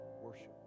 worship